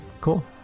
Cool